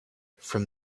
from